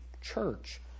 church